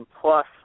plus